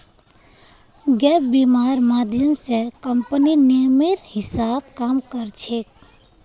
gap बीमा र माध्यम स कम्पनीर नियमेर हिसा ब काम कर छेक